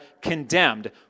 condemned